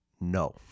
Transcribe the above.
No